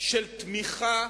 של תמיכה